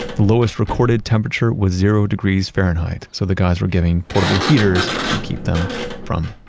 the lowest recorded temperature was zero degrees fahrenheit, so the guys were given portable heaters to keep them from,